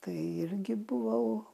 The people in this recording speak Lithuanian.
tai irgi buvau